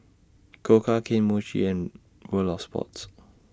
Koka Kane Mochi and World of Sports